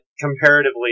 comparatively